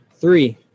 Three